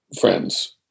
friends